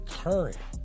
current